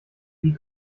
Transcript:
wie